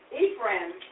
Ephraim